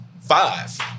five